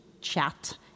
chat